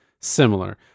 similar